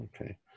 Okay